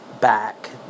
back